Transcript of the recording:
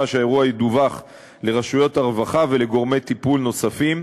שהאירוע ידווח לרשויות הרווחה ולגורמי טיפול נוספים.